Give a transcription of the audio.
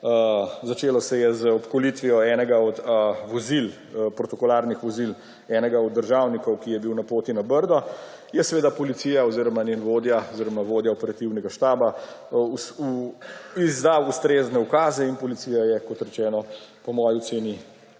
začelo se je z obkolitvijo enega od protokolarnih vozil enega od državnikov, ki so bili na poti na Brdo −, je policija oziroma njen vodja oziroma vodja operativnega štaba izdal ustrezne ukaze in policija je, kot rečeno, po moji oceni